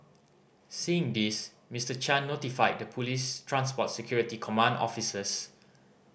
seeing this Mister Chan notified the police transport security command officers